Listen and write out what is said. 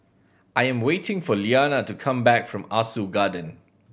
I am waiting for Iyanna to come back from Ah Soo Garden